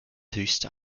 höchste